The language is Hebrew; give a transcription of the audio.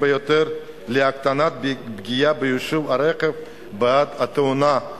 ביותר להקטנת הפגיעה ביושבי הרכב בעת תאונה.